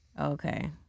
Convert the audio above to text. Okay